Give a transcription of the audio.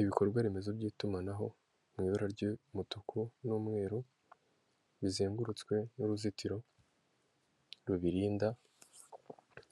Ibikorwa remezo by'itumanaho mu ibara ry'umutuku n'umweru, bizengurutswe n'uruzitiro rubirinda,